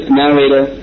narrator